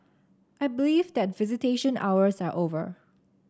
I believe that visitation hours are over